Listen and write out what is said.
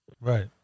Right